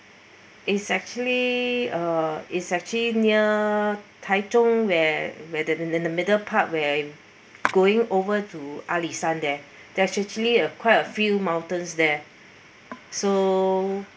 it's actually uh it's actually near taichung where where the the in the middle part when going over to alishan there there's actually a quite a few mountains there so